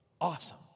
Awesome